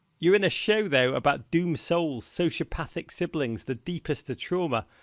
you're in a show, though, about doomed souls, sociopathic siblings, the deepest of trauma.